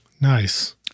Nice